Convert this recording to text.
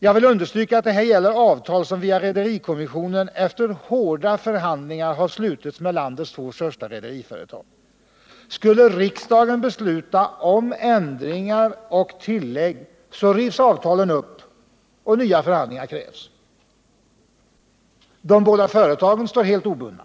Jag vill understryka att det här gäller avtal som via rederikommissionen efter hårda riksdagen besluta om ändringar och tillägg, rivs avtalen upp och nya Onsdagen den förhandlingar krävs. De båda företagen står helt obundna.